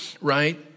right